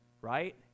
right